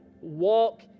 Walk